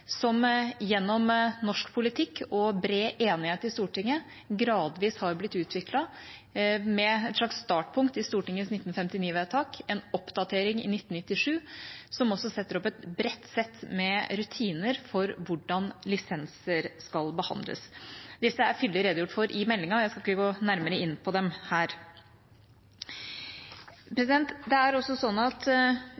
som gjennom norsk politikk og bred enighet i Stortinget gradvis har blitt utviklet med et slags startpunkt i Stortingets 1959-vedtak og en oppdatering i 1997, som også setter opp et bredt sett med rutiner for hvordan lisenser skal behandles. Disse er fyldig redegjort for i meldinga – jeg skal ikke gå nærmere inn på dem her.